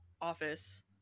office